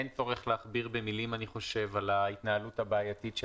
אין צורך להכביר במילים אני חושב על ההתנהלות הבעייתית של